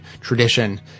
tradition